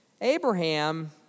Abraham